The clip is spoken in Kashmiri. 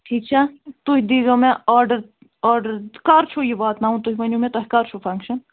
ٹھیٖک چھا تُہۍ دِیٖزیٚو مےٚ آرڈر آرڈر کَر چھُو یہِ واتہٕ ناوُن تُہۍ ؤنِو مےٚ تۄہہِ کَر چھُ فنٛگشن